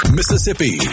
Mississippi